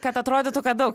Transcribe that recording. kad atrodytų kad daug